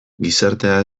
gizartea